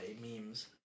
memes